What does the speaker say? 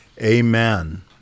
Amen